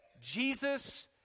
Jesus